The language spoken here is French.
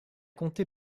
compté